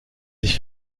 sich